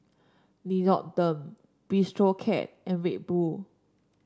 Nixoderm Bistro Cat and Red Bull